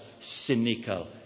cynical